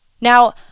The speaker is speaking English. now